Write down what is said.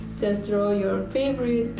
just draw your favourite